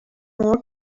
more